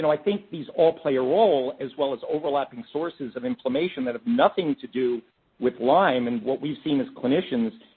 i think these all play a role, as well as overlapping sources of inflammation that have nothing to do with lyme, and what we've seen as clinicians,